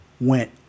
went